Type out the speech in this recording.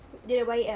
dia dah baik ah